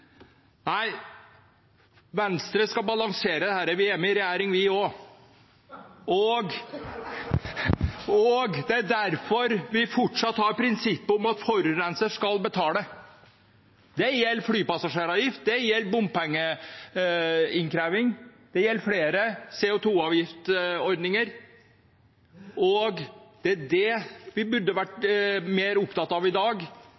Venstre skal balansere dette. Vi er med i regjering, vi også. Det er derfor vi fortsatt har prinsippet om at forurenser skal betale. Det gjelder flypassasjeravgift, det gjelder bompengeinnkreving, og det gjelder flere CO 2 -avgiftsordninger. Det vi burde vært mer opptatt av i dag,